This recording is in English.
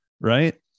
Right